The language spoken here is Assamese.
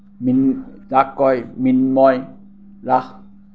মিন যাক কয় মৃন্ময় ৰাস